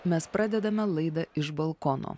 mes pradedame laidą iš balkono